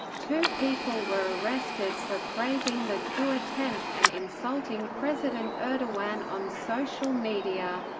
two people were arrested for praising the coup attempt and insulting president erdogan on social media.